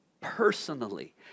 personally